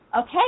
okay